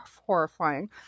horrifying